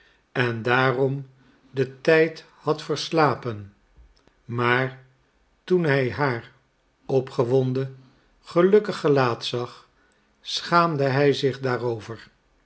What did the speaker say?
en daarom den tijd had verslapen maar toen hij haar opgewonden gelukkig gelaat zag schaamde hij zich daarover